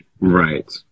Right